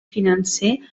financer